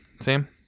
Sam